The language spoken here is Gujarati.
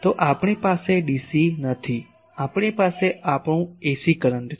તો આપણી પાસે ડીસી નથી આપણી પાસે આપણું એસી કરંટ છે